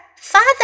Father